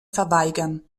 verweigern